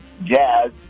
jazz